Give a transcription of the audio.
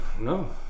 no